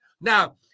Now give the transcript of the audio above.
Now